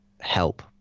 Help